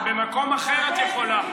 במקום אחר את יכולה.